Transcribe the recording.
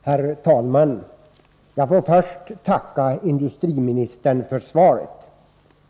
Herr talman! Jag får först tacka industriministern för svaret.